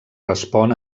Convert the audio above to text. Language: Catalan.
respon